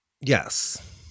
Yes